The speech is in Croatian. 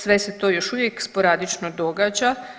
Sve se to još uvijek sporadično događa.